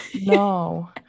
No